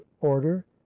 order